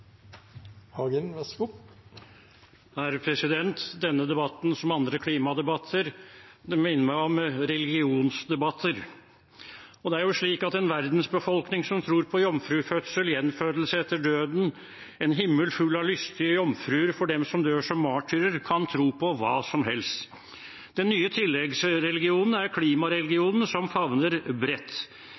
Denne debatten, som andre klimadebatter, minner meg om religionsdebatter. Det er jo slik at en verdensbefolkning som tror på jomfrufødsel, gjenfødelse etter døden, en himmel full av lystige jomfruer for dem som dør som martyrer, kan tro på hva som helst. Den nye tilleggsreligionen er klimareligionen, som favner bredt.